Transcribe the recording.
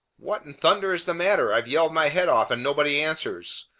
what in thunder is the matter? i've yelled my head off, and nobody answers.